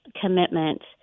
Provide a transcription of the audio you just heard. commitment